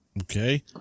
Okay